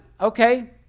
okay